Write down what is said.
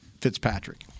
Fitzpatrick